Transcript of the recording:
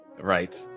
Right